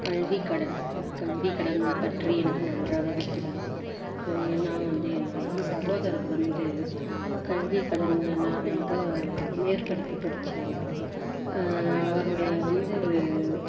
கல்வி கடன் கல்வி கடன் பற்றி எனக்கு நன்றாகவே தெரியும் நான் வந்து என்னோடைய சகோதரர் வந்து கல்வி கடன்னா வந்து மேற் படிப்பு படிச்சாங்க அவருடைய வந்து